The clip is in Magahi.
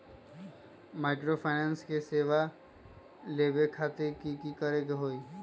माइक्रोफाइनेंस के सेवा लेबे खातीर की करे के होई?